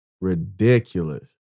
Ridiculous